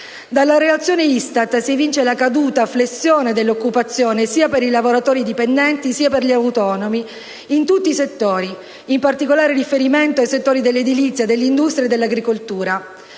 Dalla relazione dell'ISTAT si evince una caduta, una flessione dell'occupazione sia per i lavoratori dipendenti che per gli autonomi in tutti i settori, con particolare riferimento ai settori dell'edilizia, dell'industria e dell'agricoltura.